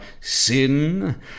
sin